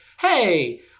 hey